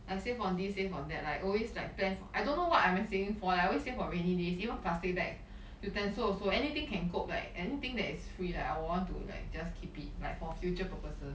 like save for this save for that like always like plan for I don't know what I'm saving for I always say for rainy days even plastic bag utensil also anything can cope like anything that is free like I will want to like just keep it like for future purposes